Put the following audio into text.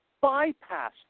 Bypass